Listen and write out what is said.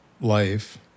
life